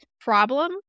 problem